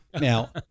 Now